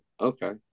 okay